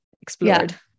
explored